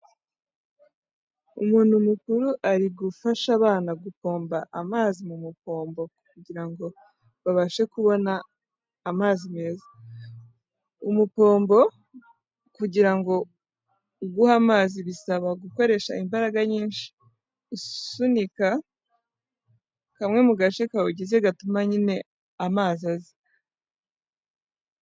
Umuntu mukuru ari gufasha abana gupomba amazi mu mupombo kugira ngo babashe kubona amazi meza. Umupombo kugira ngo uguhe amazi bisaba gukoresha imbaraga nyinshi usunika kamwe mu gace kawugize gatuma nyine amazi aza.